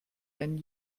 einen